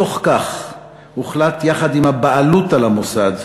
בתוך כך הוחלט, יחד עם הבעלות על המוסד,